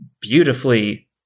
beautifully